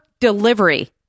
delivery